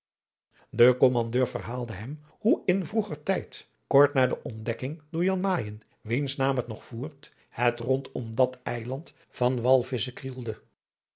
de kommandeur verhaalde hem hoe in vroeger tijd kort na de ontdekking door jan mayen wiens naam het nog voert het rondom dat eiland van walvisschen krielde